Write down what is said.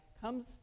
comes